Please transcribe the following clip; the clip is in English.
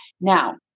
Now